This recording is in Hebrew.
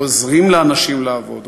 או עוזרים לאנשים לעבוד,